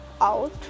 out